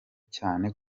cyane